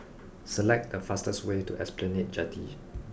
select the fastest way to Esplanade Jetty